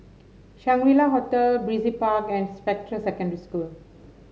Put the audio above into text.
Shangri La Hotel Brizay Park and Spectra Secondary School